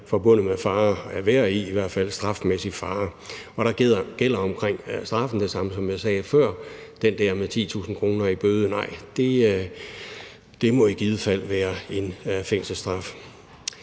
forbundet med fare at være i – i hvert fald med en fare for straf. Og der gælder omkring straffen det samme, som jeg sagde før, nemlig et nej til det der med 10.000 kr. i bøde. Det må i givet fald være en fængselsstraf.